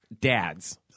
dads